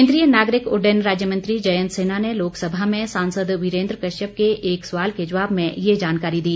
केन्द्रीय नागरिक उड्डयन राज्य मंत्री जयंत सिन्हा ने लोकसभा में सांसद वीरेन्द्र कश्यप के एक सवाल के जवाब में ये जानकारी दी